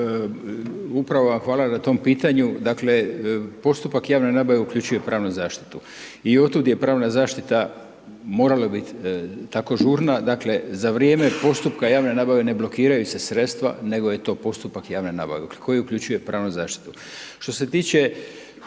hvala na tom pitanju, dakle postupak javne nabave uključuje pravnu zaštitu i od tud je pravna zaštita morala bit tako žurna. Dakle, za vrijeme postupka javne nabave ne blokiraju se sredstva nego je to postupak javne nabave koji uključuje pravnu zaštitu.